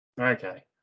Okay